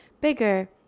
bigger